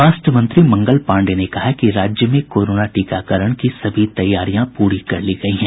स्वास्थ्य मंत्री मंगल पांडेय ने कहा है कि राज्य में कोरोना टीकाकरण की सभी तैयारियां पूरी कर ली गयी हैं